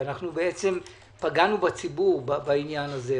ואנחנו פגענו בציבור בעניין הזה,